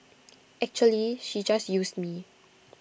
actually she just used me